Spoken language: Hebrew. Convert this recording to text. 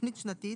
תכנית שנתית